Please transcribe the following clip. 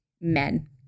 men